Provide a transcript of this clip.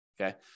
okay